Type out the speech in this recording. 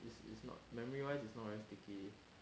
it's it is not memory wise is not very sticky